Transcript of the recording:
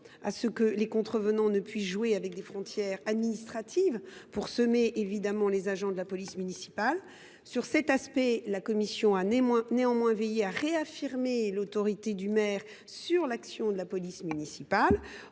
à ce que les contrevenants ne puissent jouer avec des frontières administratives pour semer les agents de la police municipale. En la matière, la commission a néanmoins veillé à réaffirmer l’autorité du maire sur l’action de la police municipale.